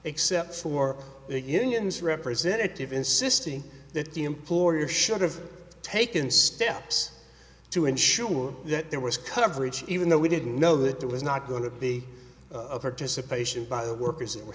except for the unions representative insisting that the employer should have taken steps to ensure that there was coverage even though we didn't know that there was not going to be a participation by the workers or